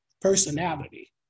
personality